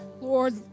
Lord